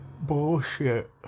bullshit